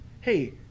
Hey